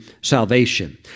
salvation